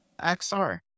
XR